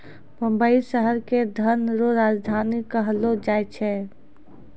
मुंबई शहर के धन रो राजधानी कहलो जाय छै